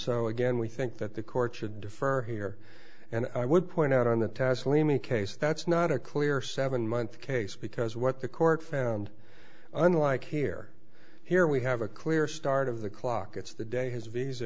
so again we think that the court should defer here and i would point out on the taslima case that's not a clear seven month case because what the court found unlike here here we have a clear start of the clock it's the day his visa